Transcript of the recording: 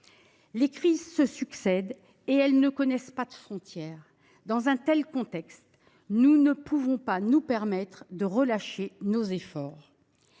Les crises se succèdent et elles ne connaissent pas de frontières. Dans un tel contexte, nous ne pouvons pas nous permettre de relâcher nos efforts.